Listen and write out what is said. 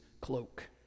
cloak